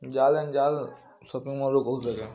shopping ମଲ୍ରୁ କହୁଥିଲି